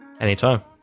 anytime